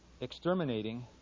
exterminating